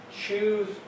Choose